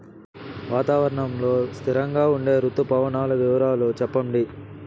వాతావరణం లో స్థిరంగా ఉండే రుతు పవనాల వివరాలు చెప్పండి?